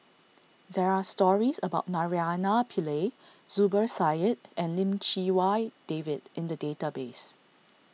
there are stories about Naraina Pillai Zubir Said and Lim Chee Wai David in the database